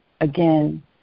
again